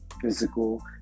physical